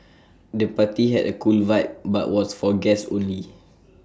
the party had A cool vibe but was for guests only